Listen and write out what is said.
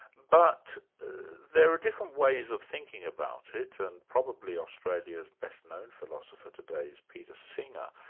but there are different ways of thinking about it and probably australia's best-known philosopher today is peter singer.